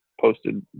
posted